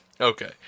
Okay